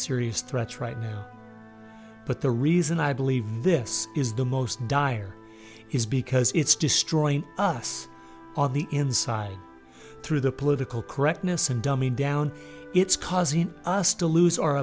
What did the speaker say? serious threats right now but the reason i believe this is the most dire is because it's destroying us on the inside through the political correctness and dumbing down it's causing us to lose our